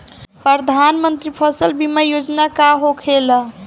प्रधानमंत्री फसल बीमा योजना का होखेला?